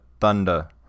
thunder